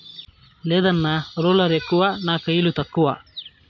లేదన్నా, రోలర్ ఎక్కువ నా కయిలు తక్కువ